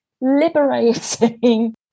liberating